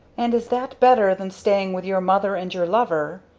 and is that better than staying with your mother and your lover?